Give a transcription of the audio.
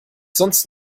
sonst